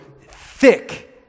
thick